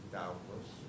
doubtless